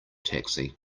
taxi